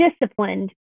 disciplined